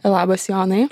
labas jonai